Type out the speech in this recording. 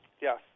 Yes